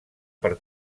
per